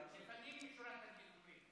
לפנים משורת הדין.